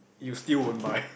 you still won't buy